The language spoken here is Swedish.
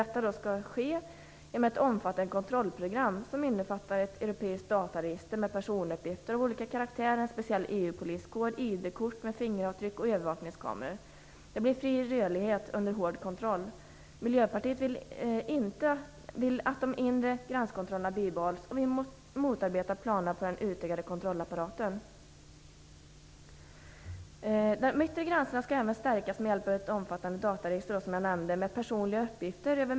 Detta skall ske genom ett omfattande kontrollprogram som innefattar ett europeiskt dataregister med personuppgifter av olika karaktär, en speciell EU-poliskår, Det blir en fri rörlighet under hård kontroll.